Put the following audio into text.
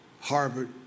Harvard